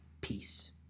Peace